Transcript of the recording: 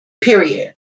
period